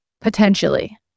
potentially